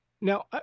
Now